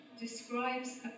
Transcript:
describes